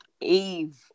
Eve